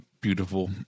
Beautiful